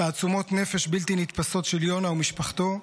תעצומות נפש בלתי נתפסות של יונה ומשפחתו,